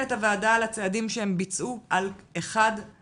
את הוועדה על הצעדים שהם ביצעו כל אחד